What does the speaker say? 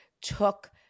took